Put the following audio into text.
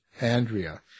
Andrea